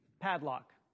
Padlock